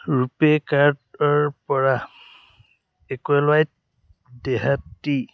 ৰুপে কাৰ্ডৰ পৰা একুৱালাইট দেহাতী